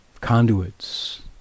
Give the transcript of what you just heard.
conduits